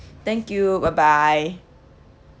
thank you bye bye